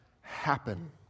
happen